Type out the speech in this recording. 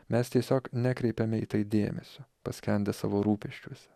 mes tiesiog nekreipiame į tai dėmesio paskendę savo rūpesčiuose